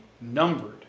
numbered